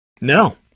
No